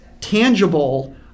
tangible